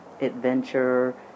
adventure